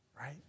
right